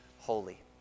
holy